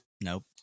Nope